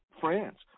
France